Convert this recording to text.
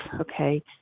okay